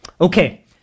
Okay